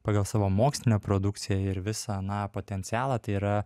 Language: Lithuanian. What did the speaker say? pagal savo mokslinę produkciją ir visą na potencialą tai yra